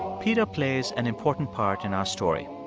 peter plays an important part in our story.